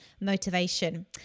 motivation